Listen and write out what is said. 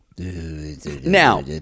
Now